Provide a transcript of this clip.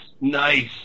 nice